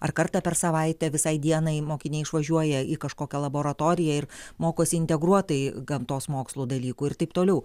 ar kartą per savaitę visai dienai mokiniai išvažiuoja į kažkokią laboratoriją ir mokosi integruotai gamtos mokslų dalykų ir taip toliau